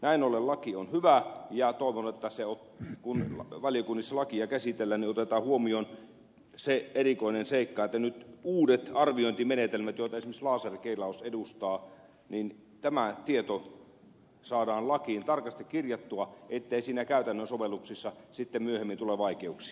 näin ollen laki on hyvä ja toivon että kun valiokunnissa sitä käsitellään otetaan huomioon se erikoinen seikka että nyt uudet arviointimenetelmät joita esimerkiksi laserkeilaus edustaa saadaan lakiin tarkasti kirjattua ettei käytännön sovelluksissa sitten myöhemmin tule vaikeuksia